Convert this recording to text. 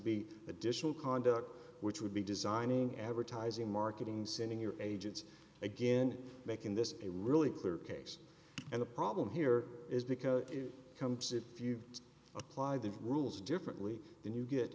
be additional conduct which would be designing advertising marketing sending your agents again making this a really clear case and the problem here is because it comes it if you apply the rules differently then you get